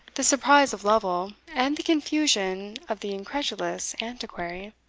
the surprise of lovel, and the confusion of the incredulous antiquary.